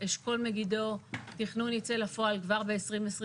התכנון של אשכול מגידו יצא לפועל כבר ב-2022.